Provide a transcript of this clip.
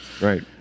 right